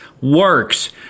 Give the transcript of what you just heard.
works